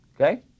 Okay